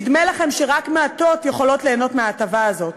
נדמה לכם שרק מעטות יכולות ליהנות מההטבה הזאת,